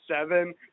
seven